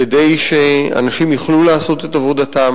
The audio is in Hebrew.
כדי שאנשים יוכלו לעשות את עבודתם,